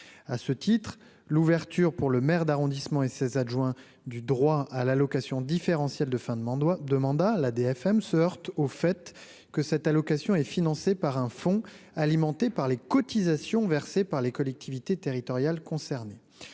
à ce titre, l'ouverture pour le maire d'arrondissement et ses adjoints du droit à l'allocation différentielle de fin de mon doigt demanda la DSM se heurte au fait que cette allocation est financée par un fonds alimenté par les cotisations versées par les collectivités territoriales concernées,